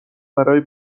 برای